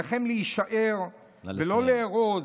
עליכם להישאר ולא לארוז.